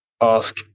ask